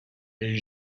des